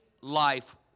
life